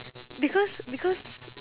because because